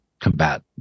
combat